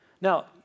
Now